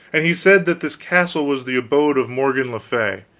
and he said that this castle was the abode of morgan le fay,